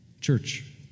Church